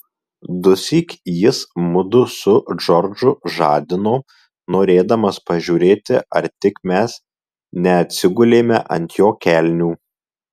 dusyk jis mudu su džordžu žadino norėdamas pažiūrėti ar tik mes neatsigulėme ant jo kelnių